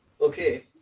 Okay